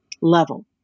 level